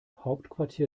hauptquartier